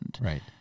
Right